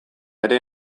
ere